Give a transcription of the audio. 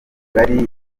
ngari